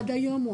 עד היום.